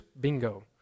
Bingo